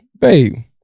babe